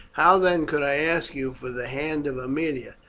how then could i ask you for the hand of aemilia,